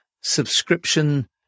subscription